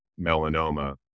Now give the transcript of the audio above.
melanoma